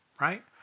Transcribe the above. right